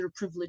underprivileged